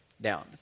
down